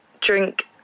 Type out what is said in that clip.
drink